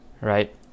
right